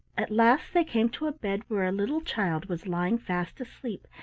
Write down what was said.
at last they came to a bed where a little child was lying fast asleep,